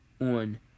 on